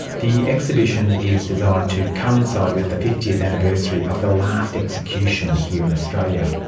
the exhibition is designed to coincide with the fiftieth anniversary of the last execution here in australia.